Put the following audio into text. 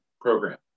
program